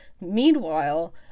Meanwhile